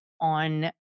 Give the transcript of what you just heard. on